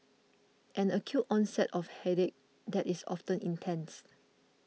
an acute onset of headache that is often intense